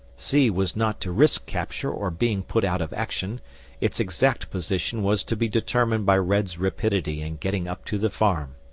c was not to risk capture or being put out of action its exact position was to be determined by red's rapidity in getting up to the farm,